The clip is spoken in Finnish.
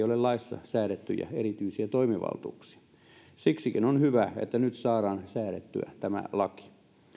ole laissa säädettyjä erityisiä toimivaltuuksia siksikin on hyvä että nyt saadaan säädettyä tämä laki